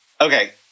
okay